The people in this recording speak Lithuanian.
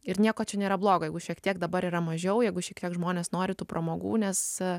ir nieko čia nėra bloga jeigu šiek tiek dabar yra mažiau jeigu šiek tiek žmonės nori tų pramogų nes